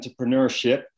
entrepreneurship